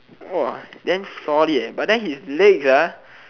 !wah! damn solid eh but then his legs ah